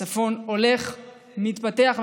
הצפון הולך ומתפתח.